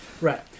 Right